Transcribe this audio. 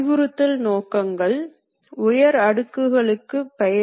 கருவி பிடித்திருக்கும் இடம் நகரும் போது கருவியும் நகரும்